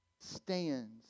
stands